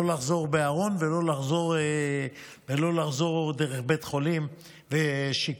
לא לחזור בארון ולא לחזור דרך בית חולים לשיקום.